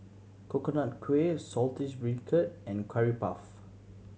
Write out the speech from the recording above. Coconut Kuih Saltish Beancurd and Curry Puff